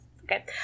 okay